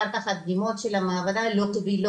אחר כך הדגימות של המעבדה לא קבילות,